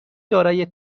دارای